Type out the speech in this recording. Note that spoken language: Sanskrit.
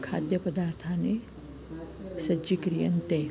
खाद्यपदार्थानि सज्जीक्रियन्ते